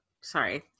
sorry